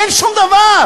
אין שום דבר.